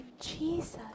Jesus